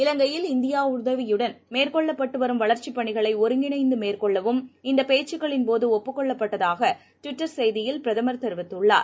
இலங்கையில் இந்தியாவின் உதவியுடன் மேற்கொள்ளப்பட்டுவரும் வளர்ச்சிப் பணிகளைஒருங்கிணைந்துமேற்கொள்ளவும் இந்தபேச்சுகளின் போதுஒப்புக்கொள்ளப்பட்டதாகடுவிட்டர் செய்தியில் பிரதமர் தெரிவித்துள்ளார்